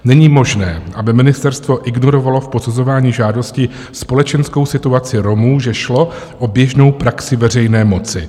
Není možné, aby ministerstvo ignorovalo v posuzování žádosti společenskou situaci Romů, že šlo o běžnou praxi veřejné moci.